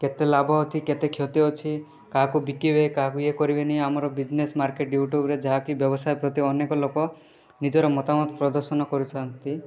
କେତେ ଲାଭ ଅଛି କେତେ କ୍ଷତି ଅଛି କାହାକୁ ବିକିବେ କାହାକୁ ଇଏ କରିବେନି ଆମର ବିଜନେସ୍ ମାର୍କେଟ ୟୁଟ୍ୟୁବ୍ରେ ଯାହାକି ବ୍ୟବସାୟ ପ୍ରତି ଅନେକ ଲୋକ ନିଜର ମତାମତ ପ୍ରଦର୍ଶନ କରୁଛନ୍ତି